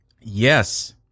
yes